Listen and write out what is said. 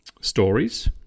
stories